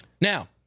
Now